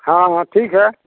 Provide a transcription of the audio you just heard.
हाँ हाँ ठीक है